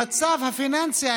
המצב הפיננסי,